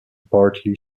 partly